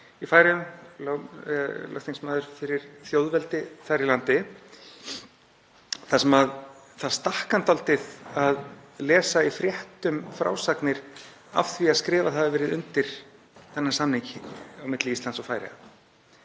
er lögþingsmaður fyrir Þjóðveldi þar í landi þar sem það stakk hann dálítið að lesa í fréttum frásagnir af því að skrifað hefði verið undir þennan samning milli Íslands og Færeyja.